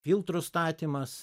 filtrų statymas